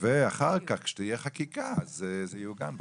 ואחר כך, כשתהיה חקיקה אז זה יעוגן בחוק,